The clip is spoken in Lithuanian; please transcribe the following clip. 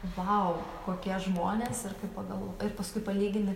vau kokie žmonės ir kai pagal ir paskui palyginti